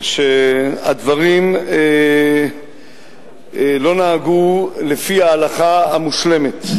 שהדברים לא נהגו לפי ההלכה המושלמת,